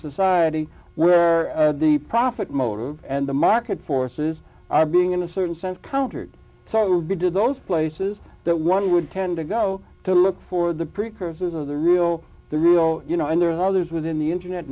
society where the profit motive and the market forces are being in a certain sense countered so do those places that one would tend to go to look for the precursors of the real the real you know and there are others within the internet